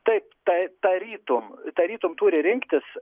taip tai tarytum tarytum turi rinktis